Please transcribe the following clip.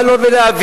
מה לו ולאביו?